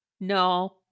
No